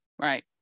right